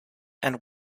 and